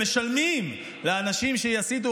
משלמים לאנשים שיסיתו,